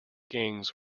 gangs